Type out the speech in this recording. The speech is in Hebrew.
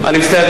אני מצטער,